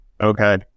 Okay